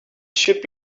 should